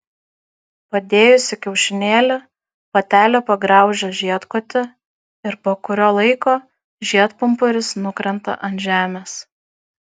padėjusi kiaušinėlį patelė pagraužia žiedkotį ir po kurio laiko žiedpumpuris nukrenta ant žemės